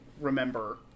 remember